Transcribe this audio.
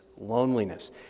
loneliness